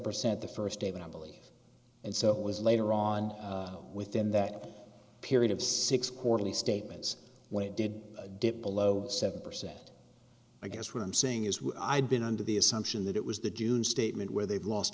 percent the first day but i believe and so was later on within that period of six quarterly statements when it did dip below seven percent i guess what i'm saying is i been under the assumption that it was the june statement where they've lost